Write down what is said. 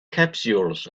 capsules